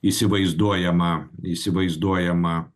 įsivaizduojamą įsivaizduojamą